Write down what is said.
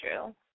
true